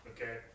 okay